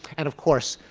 and of course,